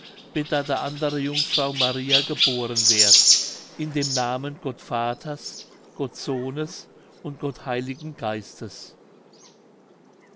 andere jungfrau maria geboren werd in dem namen gott vaters gott sohnes und gott heiligen geistes